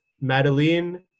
Madeline